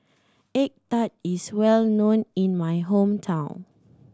egg tart is well known in my hometown